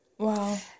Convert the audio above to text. Wow